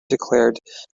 declared